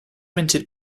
minted